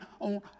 on